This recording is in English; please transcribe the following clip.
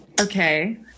Okay